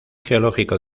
geológico